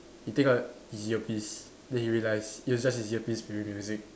he take out his earpiece then he realise it was just his earpiece playing music